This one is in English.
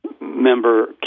member